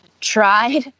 tried